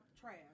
trash